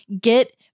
get